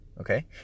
okay